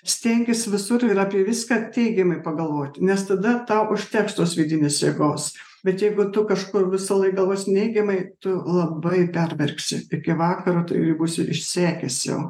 stenkis visur ir apie viską teigiamai pagalvoti nes tada tau užteks tos vidinės jėgos bet jeigu tu kažkur visąlaik galvosi neigiamai tu labai pervargsi iki vakaro tu jau būsi išsekęs jau